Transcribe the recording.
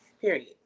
Period